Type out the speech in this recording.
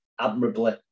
admirably